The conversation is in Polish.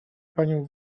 panią